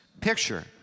Picture